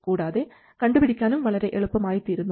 കൂടാതെ കണ്ടുപിടിക്കാനും വളരെ എളുപ്പമായിത്തീരുന്നു